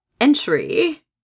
entry